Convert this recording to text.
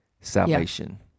salvation